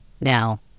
now